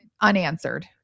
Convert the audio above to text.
unanswered